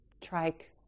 trike